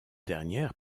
dernières